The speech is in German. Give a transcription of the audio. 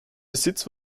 besitz